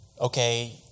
okay